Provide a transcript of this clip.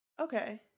Okay